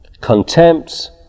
contempt